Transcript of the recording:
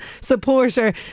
supporter